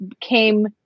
came